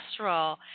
cholesterol